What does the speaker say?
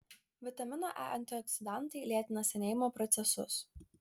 vitamino e antioksidantai lėtina senėjimo procesus